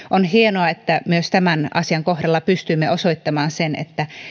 on hienoa että myös tämän asian kohdalla pystyimme osoittamaan sen että